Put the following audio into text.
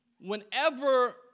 whenever